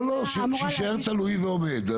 לא, שיישאר תלוי ועומד.